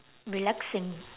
relaxing